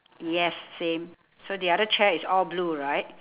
yes same so the other chair is all blue right